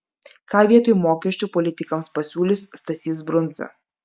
ką vietoj mokesčio politikams pasiūlys stasys brundza